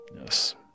Yes